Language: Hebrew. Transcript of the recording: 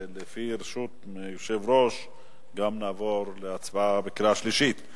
ולפי רשות מהיושב-ראש גם נעבור להצבעה בקריאה שלישית.